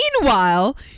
Meanwhile